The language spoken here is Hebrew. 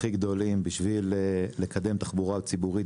הכי גדולים בשביל לקדם תחבורה ציבורית